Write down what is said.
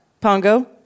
Pongo